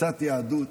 קצת יהדות.